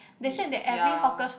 ya